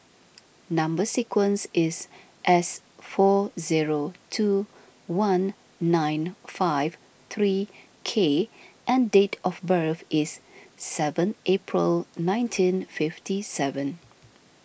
Number Sequence is S four zero two one nine five three K and date of birth is seven April nineteen fifty seven